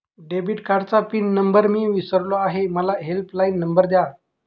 debit कार्डचा pin number मी विसरलो आहे मला हेल्पलाइन नंबर द्या